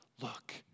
Look